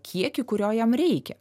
kiekį kurio jam reikia